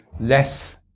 less